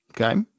Okay